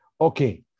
Okay